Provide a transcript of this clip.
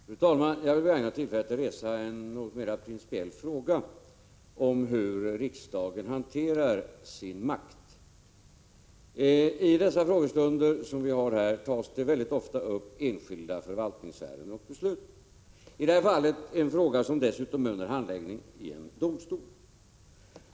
Fru talman! Jag vill begagna tillfället att ta upp en något mer principiell fråga, nämligen hur riksdagen hanterar sin makt. Vid dessa frågestunder tas ofta upp enskilda förvaltningsärenden och beslut — i detta fall en fråga som dessutom är under handläggning i en domstol.